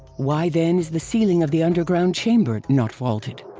why then is the ceiling of the underground chamber not vaulted?